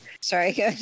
Sorry